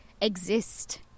exist